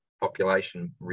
population